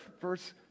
Verse